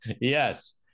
Yes